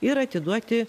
ir atiduoti